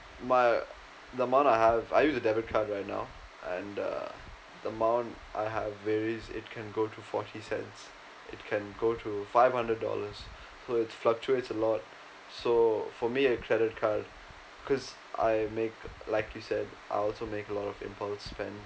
my the amount I have I use a debit card right now and err the amount I have varies it can go to forty cents it can go to five hundred dollars so it fluctuates a lot so for me a credit card cause I make like you said I also make a lot of impulse spends